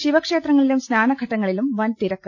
ശിവക്ഷേത്രങ്ങളിലും സ്നാനഘട്ടങ്ങ ളിലും വൻതിരക്ക്